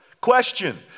Question